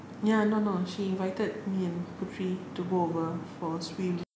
ya no not she invited me and putri to go over for a swim